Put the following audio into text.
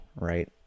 right